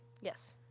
yes